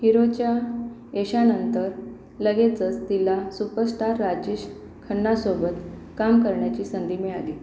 हिरोच्या यशानंतर लगेचच तिला सुपरस्टार राजेश खन्नासोबत काम करण्याची संधी मिळाली